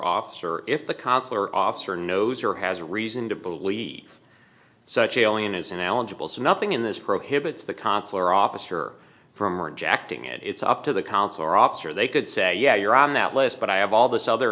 officer if the consular officer knows or has reason to believe such alien isn't eligible to nothing in this prohibits the consular officer from rejecting it it's up to the consular officer they could say yeah you're on that list but i have all this other